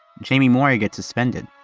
jamie moyer get suspended.